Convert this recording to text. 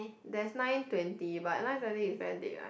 there's nine twenty but nine twenty is very late right